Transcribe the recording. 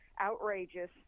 outrageous